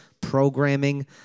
programming